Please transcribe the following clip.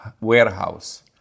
warehouse